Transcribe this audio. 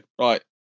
Right